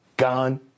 Gone